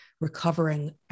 recovering